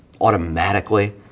automatically